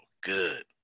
Good